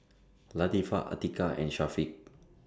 Latifa Atiqah and Syafiq